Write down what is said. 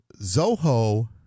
Zoho